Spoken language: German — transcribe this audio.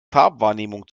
farbwahrnehmung